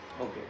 Okay